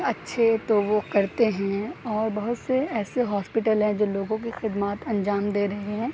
اچھے تو وہ کرتے ہیں اور بہت سے ایسے ہاسپیٹل ہیں جو لوگوں کی خدمات انجام سے رہے ہیں